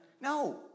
No